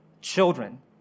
children